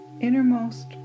innermost